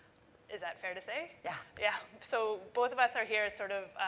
is that fair to say? yeah. yeah. so, both of us are here as, sort of,